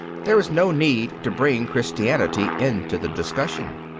there is no need to bring christianity into the discussion.